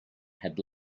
had